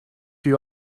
you